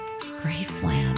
Graceland